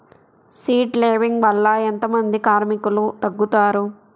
Seed లేంబింగ్ వల్ల ఎంత మంది కార్మికులు తగ్గుతారు?